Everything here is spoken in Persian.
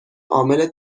عامل